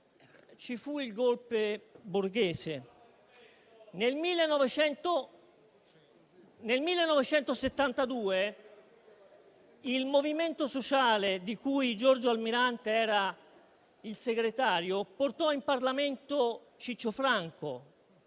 ci fu il Golpe Borghese *(Commenti)*; nel 1972 il Movimento Sociale, di cui Giorgio Almirante era segretario, portò in Parlamento Ciccio Franco,